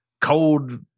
cold